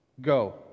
Go